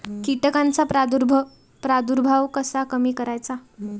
कीटकांचा प्रादुर्भाव कसा कमी करायचा?